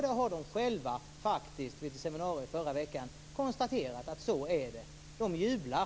Det har konsulterna själva vid ett seminarium förra veckan konstaterat. Så är det. De jublar!